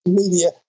media